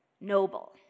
noble